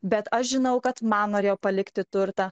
bet aš žinau kad man norėjo palikti turtą